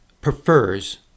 prefers